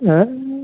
ஆ